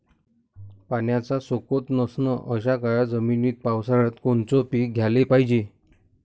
पाण्याचा सोकत नसन अशा काळ्या जमिनीत पावसाळ्यात कोनचं पीक घ्याले पायजे?